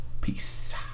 Peace